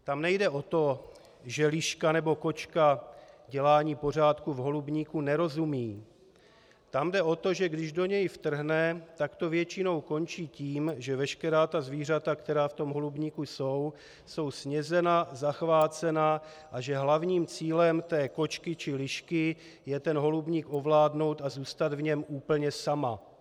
Tam nejde o to, že liška nebo kočka dělání pořádku v holubníku nerozumí, tam jde o to, že když do něj vtrhne, tak to většinou končí tím, že veškerá ta zvířata, která v tom holubníku jsou, jsou snědena, zachvácena a že hlavním cílem té kočky či lišky je ten holubník ovládnout a zůstat v něm úplně sama.